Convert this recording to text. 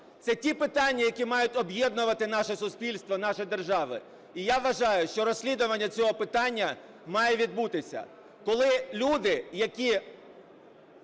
Це ті питання, які мають об'єднувати наше суспільство, наші держави. І я вважаю, що розслідування цього питання має відбутися. Коли люди, які